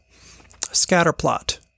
scatterplot